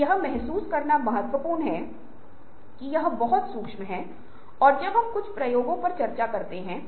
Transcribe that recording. और इस नवीकरण प्रथाओं के साथ आप अपने आप को नवीनीकृत कर सकते हैं